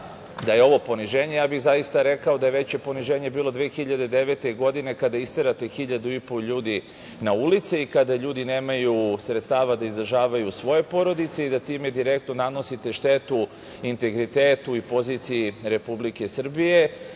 da je ovo poniženje, ja bih zaista rekao, da je veće poniženje bilo 2009. godine kada je isterano 1500 ljudi na ulice i kada ljudi nemaju sredstava da izdržavaju svoje porodice i da time direktno nanosite štetu integritetu i poziciji Republike Srbije.